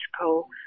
Co